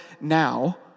now